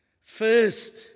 first